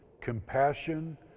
Compassion